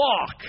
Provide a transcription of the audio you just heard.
walk